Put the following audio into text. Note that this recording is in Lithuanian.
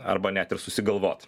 arba net ir susigalvot